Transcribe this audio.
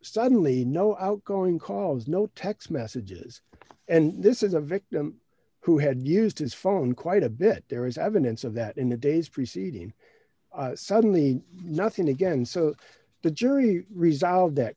suddenly no outgoing calls no text messages and this is a victim who had used his phone quite a bit there is evidence of that in the days preceding suddenly nothing again so the jury resolved that